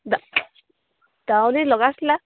দাৱনী লগাইছিলা